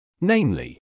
Namely